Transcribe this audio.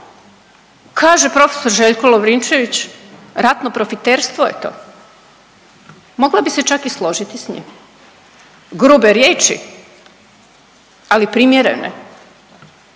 Kaže profesor Željko Lovrinčević ratno profiterstvo je to. Mogla bi se čak i složiti s njim. Grube riječi, ali primjerene.